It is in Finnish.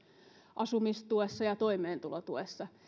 asumistuessa ja toimeentulotuessa